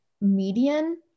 median